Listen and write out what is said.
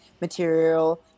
material